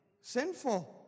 sinful